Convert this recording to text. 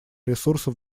ресурсов